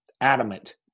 adamant